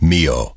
Mio